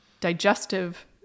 digestive